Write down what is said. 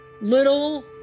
little